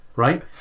Right